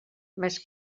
més